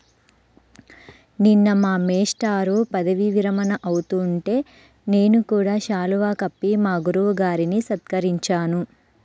నిన్న మా మేష్టారు పదవీ విరమణ అవుతుంటే నేను కూడా శాలువా కప్పి మా గురువు గారిని సత్కరించాను